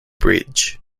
bridge